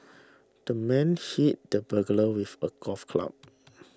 the man hit the burglar with a golf club